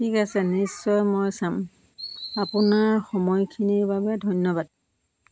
ঠিক আছে নিশ্চয় মই চাম আপোনাৰ সময়খিনিৰ বাবে ধন্যবাদ